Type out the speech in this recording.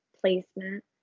placement